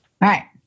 right